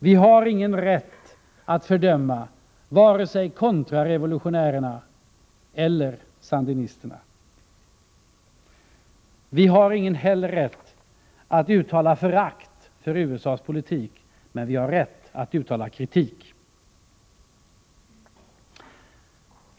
Vi har ingen rätt att fördöma vare sig kontrarevolutionärerna eller sandinisterna. Vi har inte heller någon rätt att uttala förakt för USA:s politik, men vi har rätt att uttala kritik.